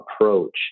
approach